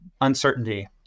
uncertainty